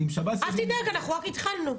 אל תדאג, אנחנו רק התחלנו.